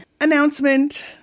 Announcement